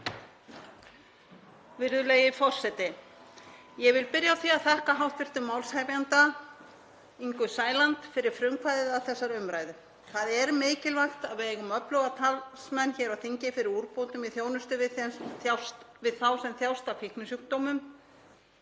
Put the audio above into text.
Virðulegi forseti. Ég vil byrja á því að þakka hv. málshefjanda, Ingu Sæland, fyrir frumkvæðið að þessari umræðu. Það er mikilvægt að við eigum öfluga talsmenn hér á þingi fyrir úrbótum í þjónustu við þá sem þjást af fíknisjúkdómum.